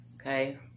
Okay